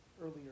earlier